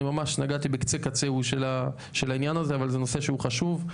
אני ממש נגעתי בקצה קצהו של העניין הזה אבל זה נושא שהוא חשוב.